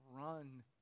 run